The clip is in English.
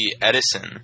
Edison